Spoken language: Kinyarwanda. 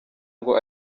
ngo